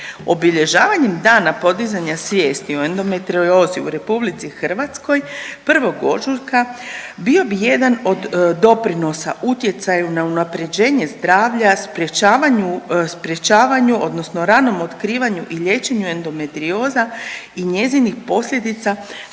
Obilježavanjem dana podizanja svijesti o endometriozu u RH 1. ožujka bio bi jedan od doprinosa utjecaju na unaprjeđenje zdravlja, sprječavanju odnosno ranom otkivanju i liječenju endometrioza i njezinih posljedica